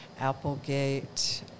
Applegate